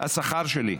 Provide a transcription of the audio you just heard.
השכר שלי.